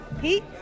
Pete